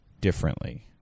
differently